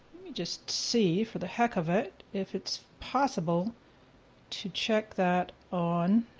let me just see for the heck of it if it's possible to check that on,